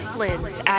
Flynn's